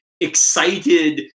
excited